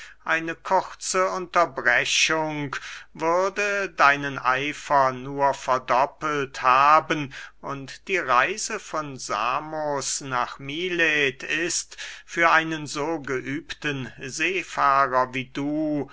eine kurze unterbrechung würde deinen eifer nur verdoppelt haben und die reise von samos nach milet ist für einen so geübten seefahrer wie du